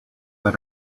let